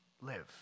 live